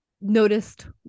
noticed